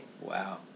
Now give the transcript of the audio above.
Wow